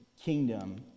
kingdom